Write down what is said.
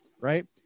Right